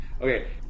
okay